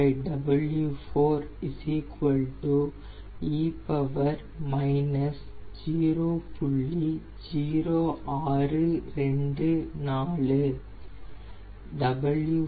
9 e 0